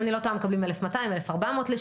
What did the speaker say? אם אני לא טועה מקבלים 1,200 או 1,400 לשעה.